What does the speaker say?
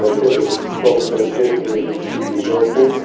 they've said that long term testing isn't particularly helpful.